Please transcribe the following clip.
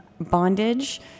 bondage